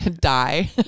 die